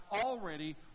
already